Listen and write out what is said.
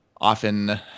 often